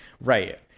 Right